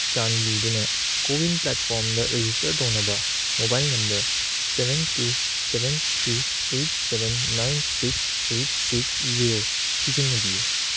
ꯆꯥꯟꯕꯤꯗꯨꯅ ꯀꯣꯋꯤꯟ ꯄ꯭ꯂꯦꯠꯐꯣꯝꯗ ꯔꯦꯖꯤꯁꯇ꯭ꯔ ꯇꯧꯅꯕ mobile number seven two seven three eight seven nine six eight six zero ꯁꯤꯖꯤꯟꯅꯕꯤꯌꯨ